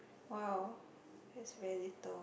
!wow! that's really little